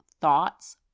thoughts